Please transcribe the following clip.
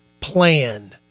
plan